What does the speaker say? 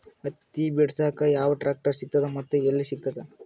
ಹತ್ತಿ ಬಿಡಸಕ್ ಯಾವ ಟ್ರಾಕ್ಟರ್ ಸಿಗತದ ಮತ್ತು ಎಲ್ಲಿ ಸಿಗತದ?